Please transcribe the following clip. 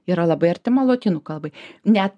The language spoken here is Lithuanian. yra labai artima lotynų kalbai net